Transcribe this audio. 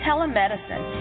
Telemedicine